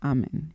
Amen